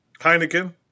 Heineken